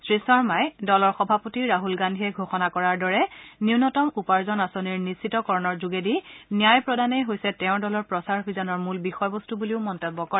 শ্ৰী শৰ্মাই দলৰ সভাপতি ৰাহুল গান্ধীয়ে ঘোষণা কৰাৰ দৰে ন্যনতম উপাৰ্জন আঁচনিৰ নিশ্চিতকৰণৰ যোগেদি ন্যায় প্ৰদানেই হৈছে তেওঁৰ দলৰ প্ৰচাৰ অভিযানৰ মূল বিষয়বস্তু বুলিও মন্তব্য কৰে